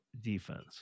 defense